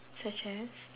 such as